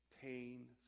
pain